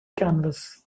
canvas